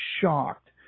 shocked